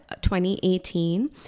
2018